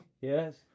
Yes